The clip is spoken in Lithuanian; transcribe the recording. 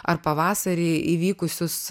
ar pavasarį įvykusius